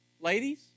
ladies